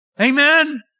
Amen